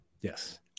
Yes